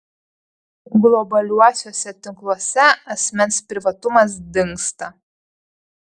globaliuosiuose tinkluose asmens privatumas dingsta